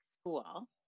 school